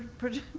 pretty,